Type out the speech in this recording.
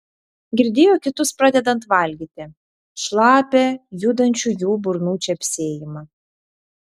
girdėjo kitus pradedant valgyti šlapią judančių jų burnų čepsėjimą